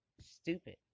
stupid